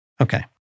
Okay